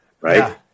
right